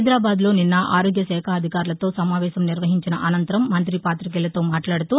హైదరాబాద్లో నిన్న ఆరోగ్యశాఖాధికారులతో సమావేశం నిర్వహించిన అనంతరం మంతి పాతికేయులతో మాట్లాడుతూ